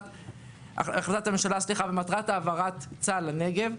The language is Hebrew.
ממטרת החלטת הממשלה להעברת צה"ל לנגב.